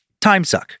timesuck